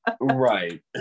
right